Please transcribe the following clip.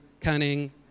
cunning